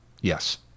Yes